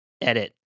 edit